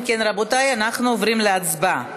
אם כן, רבותי, אנחנו עוברים להצבעה.